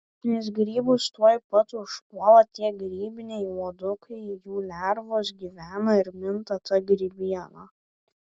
nes grybus tuoj pat užpuola tie grybiniai uodukai jų lervos gyvena ir minta ta grybiena